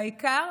והעיקר,